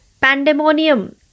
pandemonium